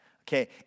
Okay